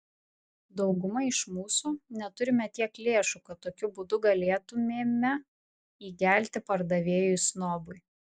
dauguma iš mūsų neturime tiek lėšų kad tokiu būdu galėtumėme įgelti pardavėjui snobui